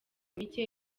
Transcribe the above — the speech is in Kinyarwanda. mike